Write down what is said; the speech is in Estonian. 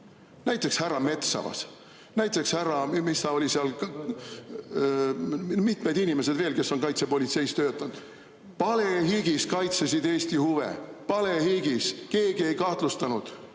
näiteks härra Metsavas, näiteks härra ... mis ta oli seal ... Mitmed inimesed veel, kes on kaitsepolitseis töötanud. Palehigis kaitsesid Eesti huve. Palehigis! Keegi ei kahtlustanud,